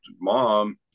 mom